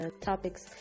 topics